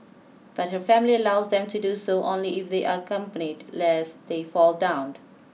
but her family allows them to do so only if they are lest they fall down